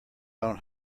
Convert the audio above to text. own